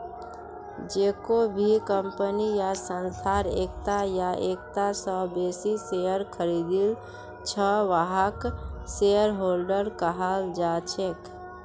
जेको भी कम्पनी या संस्थार एकता या एकता स बेसी शेयर खरीदिल छ वहाक शेयरहोल्डर कहाल जा छेक